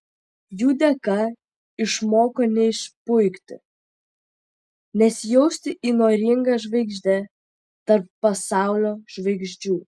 jų dėka išmoko neišpuikti nesijausti įnoringa žvaigžde tarp pasaulio žvaigždžių